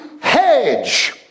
hedge